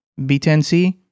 B10C